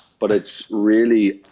but it's really,